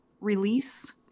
release